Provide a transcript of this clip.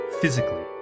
physically